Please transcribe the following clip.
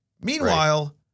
Meanwhile